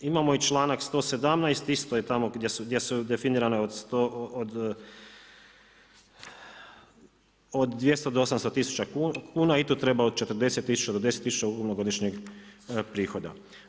I imamo i članak 117. isto je tamo gdje su definirane od 200 do 800 tisuća kuna i tu treba od 40 tisuća do 10 tisuća godišnjeg prihoda.